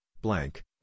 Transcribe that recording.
blank